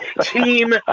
Team